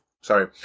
sorry